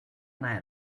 night